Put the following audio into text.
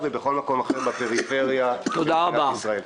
ובכל מקום אחר בפריפריה ובמדינת ישראל.